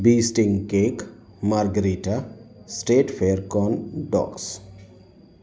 बीइस्टीन cake margarita state फेरकॉन docs